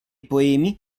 poemi